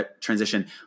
Transition